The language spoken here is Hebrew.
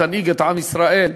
תנהיג את עם ישראל,